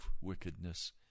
wickedness